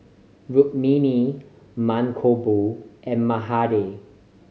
Rukmini Mankombu and Mahade